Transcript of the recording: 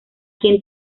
quien